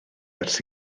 ers